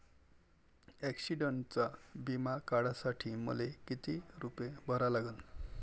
ॲक्सिडंटचा बिमा काढा साठी मले किती रूपे भरा लागन?